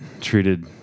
treated